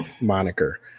moniker